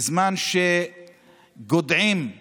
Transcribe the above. בזמן שגודעים את